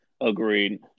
agreed